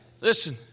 Listen